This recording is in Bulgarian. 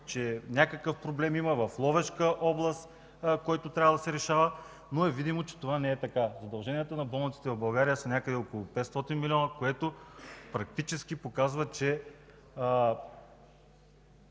има някакъв проблем в Ловешка област, който трябва да се решава, но е видимо, че това не е така – задълженията на болниците в България са някъде около 500 милиона, което практически показва, че